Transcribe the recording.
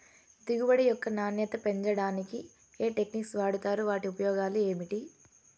దిగుబడి యొక్క నాణ్యత పెంచడానికి ఏ టెక్నిక్స్ వాడుతారు వాటి ఉపయోగాలు ఏమిటి?